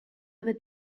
other